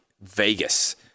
vegas